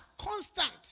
constant